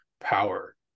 power